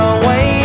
away